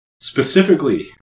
Specifically